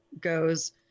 goes